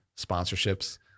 sponsorships